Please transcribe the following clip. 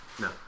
No